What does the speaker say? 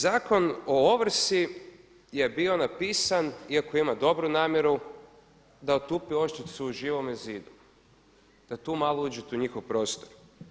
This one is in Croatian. Zakon o ovrsi je bio napisan iako ima dobru namjeru da otupi oštricu u Živome zidu, da tu malo uđete u njihov prostor.